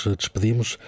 despedimos